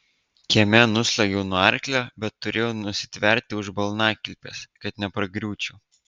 kieme nusliuogiau nuo arklio bet turėjau nusitverti už balnakilpės kad nepargriūčiau